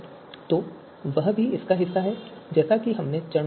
तो वह भी इसका हिस्सा है जैसा कि हमने चरणों में देखा है